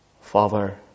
Father